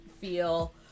feel